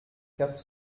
quatre